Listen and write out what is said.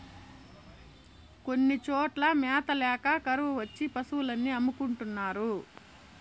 కొన్ని చోట్ల మ్యాత ల్యాక కరువు వచ్చి పశులు అన్ని అమ్ముకుంటున్నారు